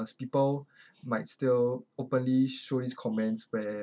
people he might still openly show his comments where